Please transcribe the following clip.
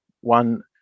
one